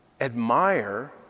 admire